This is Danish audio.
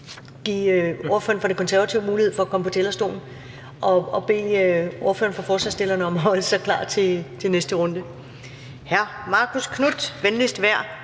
give ordføreren for De Konservative mulighed for at komme på talerstolen – og bede ordføreren for forslagsstillerne om at holde sig klar til næste runde. Hr. Marcus Knuth, vær venligst inden